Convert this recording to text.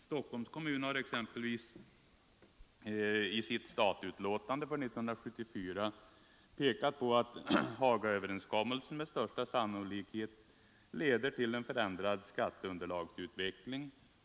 Stockholms kommun har exempelvis i sitt statutlåtande för år 1974 pekat på att Hagaöverenskommelsen med största sannolikhet leder till en förändrad skatteunderlagsutveckling.